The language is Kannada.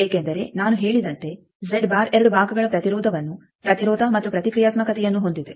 ಏಕೆಂದರೆ ನಾನು ಹೇಳಿದಂತೆ ಎರಡು ಭಾಗಗಳ ಪ್ರತಿರೋಧವನ್ನು ಪ್ರತಿರೋಧ ಮತ್ತು ಪ್ರತಿಕ್ರಿಯಾತ್ಮಕತೆಯನ್ನು ಹೊಂದಿದೆ